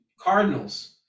Cardinals